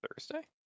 Thursday